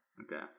Okay